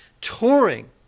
touring